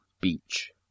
beach